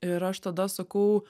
ir aš tada sakau